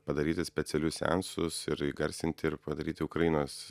padaryti specialius seansus ir įgarsinti ir padaryti ukrainos